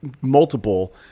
multiple